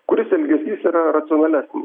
kuris elgesys yra racionalesnis